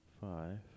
five